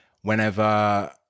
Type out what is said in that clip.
whenever